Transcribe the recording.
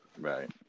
Right